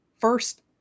first